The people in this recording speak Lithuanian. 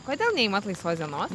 kodėl neimat laisvos dienos